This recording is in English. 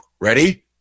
ready